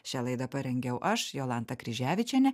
šią laidą parengiau aš jolanta kryževičienė